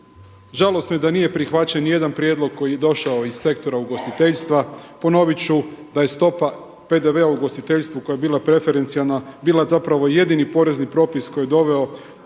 Žalosno je da nije prihvaćen nijedan prijedlog koji je došao iz sektora ugostiteljstva. Ponovit ću da je stopa PDV-a u ugostiteljstvu koja je bila preferencijalna bila zapravo jedini porezni propis koji je doveo